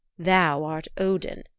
thou art odin.